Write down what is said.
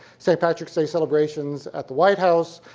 st. patrick's day celebrations at the white house,